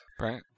Right